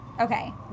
Okay